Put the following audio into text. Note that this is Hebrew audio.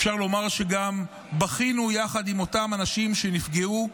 אפשר לומר שגם בכינו יחד עם אותם אנשים שנפגעו,